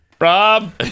Rob